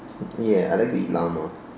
ya I like to eat llama